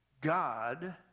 God